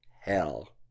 hell